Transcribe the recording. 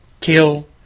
kill